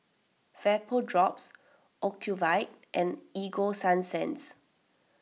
Vapodrops Ocuvite and Ego Sunsense